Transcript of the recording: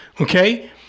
okay